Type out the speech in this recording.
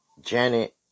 Janet